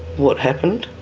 what happened.